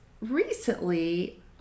recently